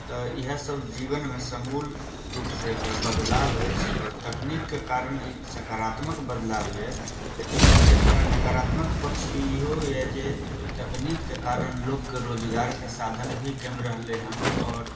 तऽ इएह सब जीवनमे समूल रूप से एकर बदलाव अछि आओर तकनीकके कारण ई सकारात्मक बदलाव यऽ लेकिन ओकर एकटा नकारात्मक पक्ष इहो यऽ जे तकनीकके कारण लोकके रोजगारके साधन भी कमि रहलै हन आओर